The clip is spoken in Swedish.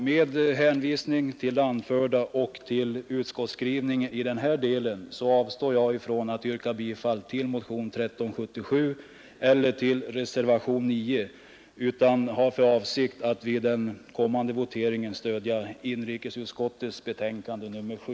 Med hänvisning till det anförda och till utskottsskrivningen i den här delen avstår jag ifrån att yrka bifall till motionen 1377 eller till reservationen 9 och har för avsikt att vid den kommande voteringen stödja inrikesutskottets förslag i dess betänkande nr 7.